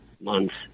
months